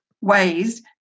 ways